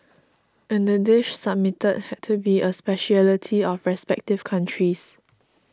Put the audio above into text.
and the dish submitted had to be a speciality of the respective countries